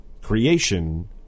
Creation